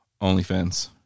OnlyFans